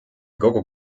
kogu